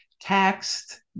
taxed